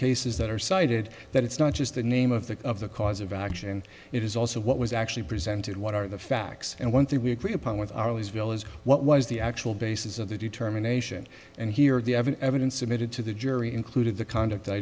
cases that are cited that it's not just the name of the of the cause of action it is also what was actually presented what are the facts and one thing we agree upon with our leesville is what was the actual basis of the determination and here the evidence submitted to the jury including the conduct i